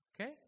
Okay